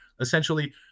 essentially